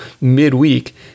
midweek